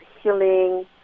healing